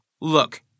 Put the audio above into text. Look